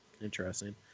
Interesting